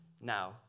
now